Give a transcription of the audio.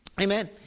Amen